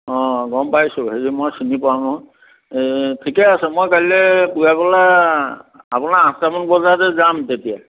অঁ গম পাইছোঁ হেৰি মই চিনি পাও নহয় ঠিকে আছে মই কাইলৈ পুৱা বেলা আপোনাৰ আঠটামান বজাতে যাম তেতিয়া